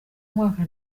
mwaka